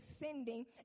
ascending